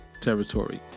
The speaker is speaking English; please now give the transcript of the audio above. territory